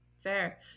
fair